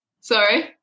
sorry